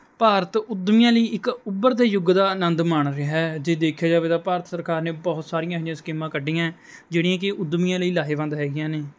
ਭਾਰਤ ਉੱਦਮੀਆਂ ਲਈ ਇੱਕ ਉੱਭਰਦੇ ਯੁੱਗ ਦਾ ਆਨੰਦ ਮਾਣ ਰਿਹਾ ਜੇ ਦੇਖਿਆ ਜਾਵੇ ਤਾਂ ਭਾਰਤ ਸਰਕਾਰ ਨੇ ਬਹੁਤ ਸਾਰੀਆਂ ਅਜਿਹੀਆਂ ਸਕੀਮਾਂ ਕੱਢੀਆਂ ਜਿਹੜੀਆਂ ਕਿ ਉੱਦਮੀਆਂ ਲਈ ਲਾਹੇਵੰਦ ਹੈਗੀਆਂ ਨੇ